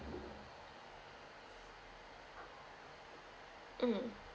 mm